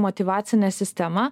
motyvacinę sistemą